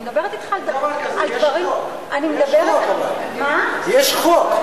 אני מדברת על דברים, אין דבר כזה, יש חוק.